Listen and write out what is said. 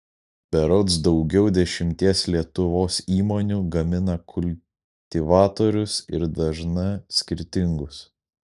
berods daugiau dešimties lietuvos įmonių gamina kultivatorius ir dažna skirtingus